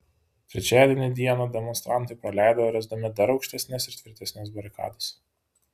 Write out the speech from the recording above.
trečiadienį dieną demonstrantai praleido ręsdami dar aukštesnes ir tvirtesnes barikadas